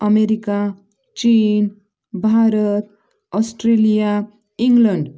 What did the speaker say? America चीन Bharat Australia England